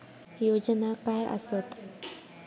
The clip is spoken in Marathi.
योजना काय आसत?